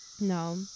No